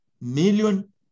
million